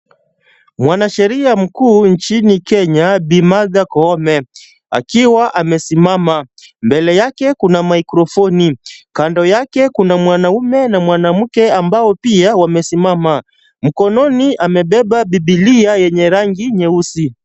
Mwanasheria mkuu nchini Kenya Bi. Martha Koome akiwa amesimama. Mbele yake kuna maikrofoni. Kando yake kuna mwanaume na mwanamke ambao pia wamesimama. Mkononi amebeba bibilia yenye rangi nyeusi.